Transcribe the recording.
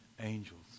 angels